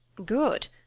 good!